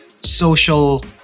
social